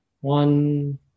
One